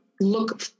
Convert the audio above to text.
look